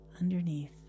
underneath